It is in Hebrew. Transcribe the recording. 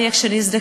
מה יהיה כשנזדקן?